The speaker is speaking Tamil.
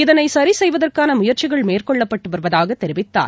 இதனைசரிசெய்வதற்கானமுயற்சிகள் மேற்கொள்ளப்பட்டுவருவதாகதெரிவித்தார்